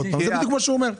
זה בדיוק מה שהוא אומר.